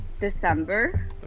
December